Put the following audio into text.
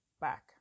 back